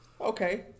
Okay